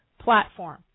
platform